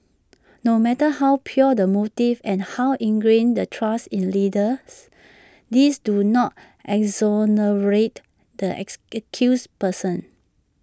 no matter how pure the motives and how ingrained the trust in leaders these do not exonerate the ex accused persons